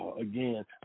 Again